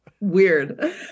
Weird